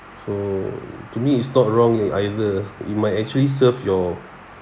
so to me it's not wrong either it might actually serve your